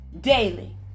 daily